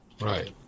right